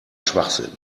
schwachsinn